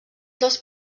dels